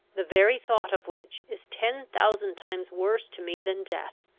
the very thought of which is ten thousand times worse to me than death.